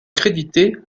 crédités